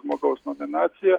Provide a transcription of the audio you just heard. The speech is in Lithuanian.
žmogaus nominaciją